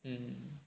mm